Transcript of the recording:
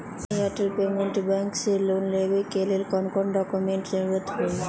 Airtel payments bank से loan लेवे के ले कौन कौन डॉक्यूमेंट जरुरी होइ?